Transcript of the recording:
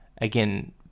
again